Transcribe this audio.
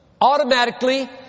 Automatically